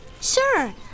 Sure